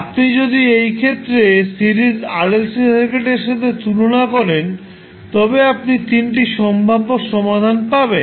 আপনি যদি এই ক্ষেত্রে সিরিজ RLC সার্কিটের সাথে তুলনা করেন তবে আপনি তিনটি সম্ভাব্য সমাধান পাবেন